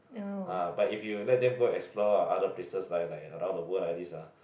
ah but if you let them go explore ah other places like like around the world like this ah